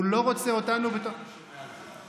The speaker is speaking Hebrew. הוא לא רוצה אותנו, פעם ראשונה שאני שומע על זה.